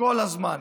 כל הזמן.